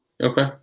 Okay